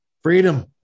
Freedom